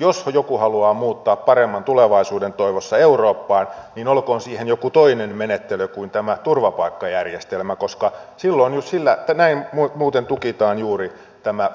jos joku haluaa muuttaa paremman tulevaisuuden toivossa eurooppaan niin olkoon siihen joku toinen menettely kuin tämä turvapaikkajärjestelmä koska silloin muuten tukitaan juuri